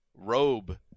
Robe